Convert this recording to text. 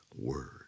word